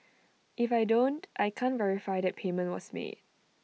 if I don't I can't verify that payment was made